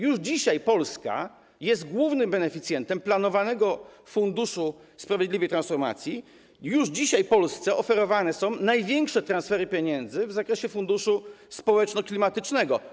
Już dzisiaj Polska jest głównym beneficjentem planowanego Funduszu Sprawiedliwej Transformacji, już dzisiaj Polsce oferowane są największe transfery pieniędzy w zakresie Funduszu Społeczno-Klimatycznego.